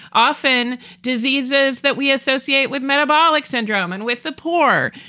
often diseases that we associate with metabolic syndrome and with the poor.